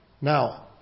Now